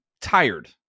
tired